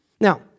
Now